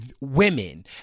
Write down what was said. women